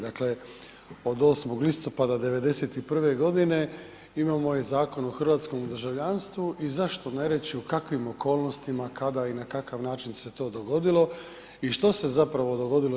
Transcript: Dakle, od 8. listopada 91.-e godine, imamo ovaj Zakona o hrvatskom državljanstvu i zašto ne reći u kakvim okolnosti, kada i na kakav način se to dogodilo i što se zapravo dogodilo RH.